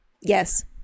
Yes